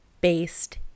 based